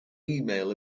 email